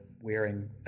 wearing